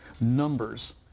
numbers